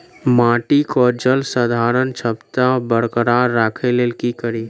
माटि केँ जलसंधारण क्षमता बरकरार राखै लेल की कड़ी?